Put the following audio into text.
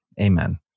Amen